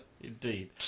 Indeed